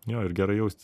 jo ir gera jaustis